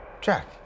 Jack